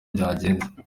byagenze